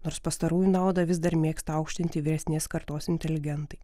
nors pastarųjų naudą vis dar mėgsti aukštinti vyresnės kartos inteligentai